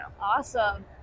Awesome